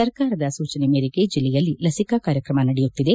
ಸರಕಾರದ ಸೂಚನೆ ಮೇರೆಗೆ ಜಿಯಲ್ಲಿ ಲಸಿಕಾ ಕಾರ್ಯಕ್ರಮ ನಡೆಯುತ್ತಿದೆ